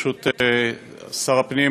ברשות שר הפנים,